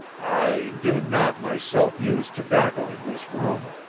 i do not myself use tobacco in this room,